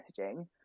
messaging